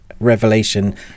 Revelation